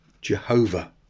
Jehovah